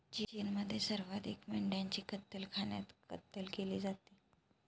चीनमध्ये सर्वाधिक मेंढ्यांची कत्तलखान्यात कत्तल केली जाते